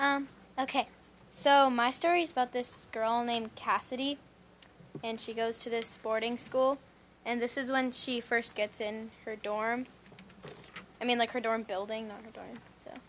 ok so my story's about this girl named cassidy and she goes to this boarding school and this is when she first gets in her dorm i mean like her dorm building